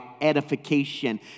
edification